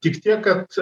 tik tiek kad